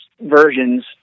versions